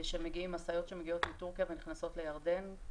משאיות שמגיעות מטורקיה ונכנסות לירדן,